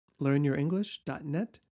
learnyourenglish.net